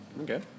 Okay